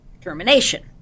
termination